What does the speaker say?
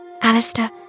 Alistair